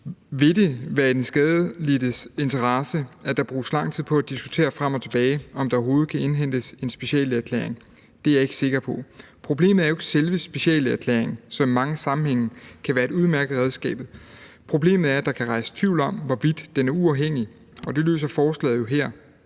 Vil det være i den skadelidtes interesse, at der bruges lang tid på at diskutere frem og tilbage, om der overhovedet kan indhentes en speciallægeerklæring? Det er jeg ikke sikker på. Problemet er jo ikke selve speciallægeerklæringen, som i mange sammenhænge kan være et udmærket redskab. Problemet er, at der kan rejses tvivl om, hvorvidt den er uafhængig. Det løser forslaget her